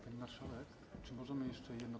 Pani marszałek, czy możemy jeszcze jedno.